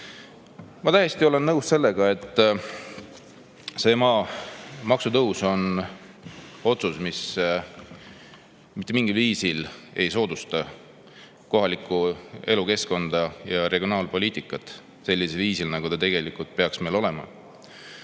täiesti nõus sellega, et see maamaksu tõus on otsus, mis mitte kuidagi ei soodusta kohalikku elukeskkonda ja regionaalpoliitikat sellisel viisil, nagu ta tegelikult peaks meil olema.